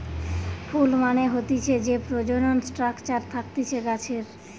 ফুল মানে হতিছে যে প্রজনন স্ট্রাকচার থাকতিছে গাছের